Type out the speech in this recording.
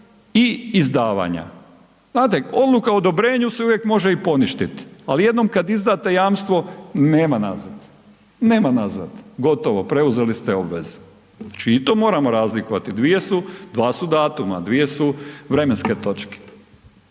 i izdavanja. Znate odluka o odobrenju se uvijek može i poništiti, ali jednom kada izdate jamstvo nema nazad, nema nazad, gotovo preuzeli ste obvezu. I to moramo razlikovati, dva su datuma, dvije su vremenske točke